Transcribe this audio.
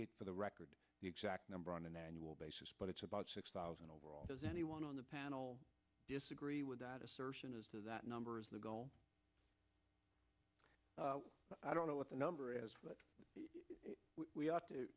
about for the record the exact number on an annual basis but it's about six thousand anyone on the panel disagree with that assertion as to that number is the goal i don't know what the number is but we ought to